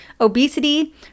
obesity